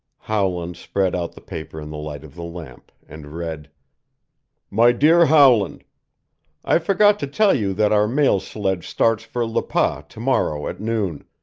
howland spread out the paper in the light of the lamp, and read my dear howland i forgot to tell you that our mail sledge starts for le pas to-morrow at noon,